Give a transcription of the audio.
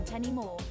anymore